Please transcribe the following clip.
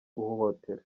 uhohotera